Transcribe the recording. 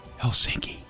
Helsinki